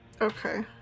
okay